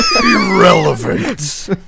Irrelevant